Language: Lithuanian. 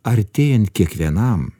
artėjant kiekvienam